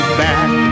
back